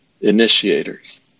initiators